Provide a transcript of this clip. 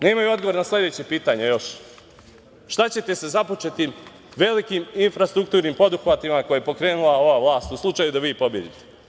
Nemaju odgovor na sledeće pitanje - šta ćete sa započetim velikim infrastrukturnim poduhvatima koje je pokrenula ova vlast, u slučaju da vi pobedite?